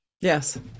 Yes